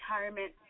retirement